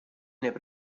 infine